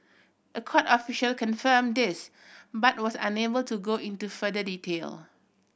a court official confirm this but was unable to go into further detail